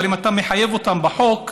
אם אתה מחייב אותם בחוק,